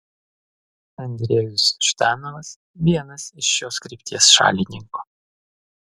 andrejus ždanovas vienas iš šios krypties šalininkų